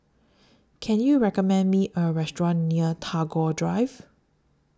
Can YOU recommend Me A Restaurant near Tagore Drive